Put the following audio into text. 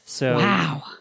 Wow